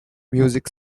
music